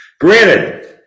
Granted